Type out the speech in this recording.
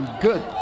Good